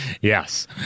Yes